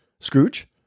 Scrooge